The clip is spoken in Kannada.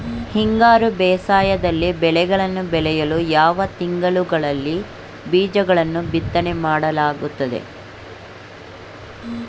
ಹಿಂಗಾರು ಬೇಸಾಯದಲ್ಲಿ ಬೆಳೆಗಳನ್ನು ಬೆಳೆಯಲು ಯಾವ ತಿಂಗಳುಗಳಲ್ಲಿ ಬೀಜಗಳನ್ನು ಬಿತ್ತನೆ ಮಾಡಬೇಕಾಗುತ್ತದೆ?